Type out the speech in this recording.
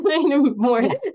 more